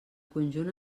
conjunt